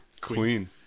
Queen